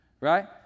right